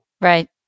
Right